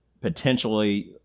potentially